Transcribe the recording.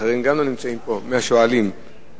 אחרים מהשואלים גם לא נמצאים כאן.